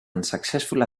unsuccessful